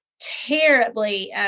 terribly